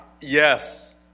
Yes